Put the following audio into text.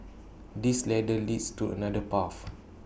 this ladder leads to another path